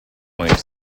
point